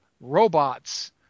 robots